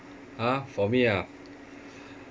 !huh! for me ah